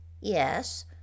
Yes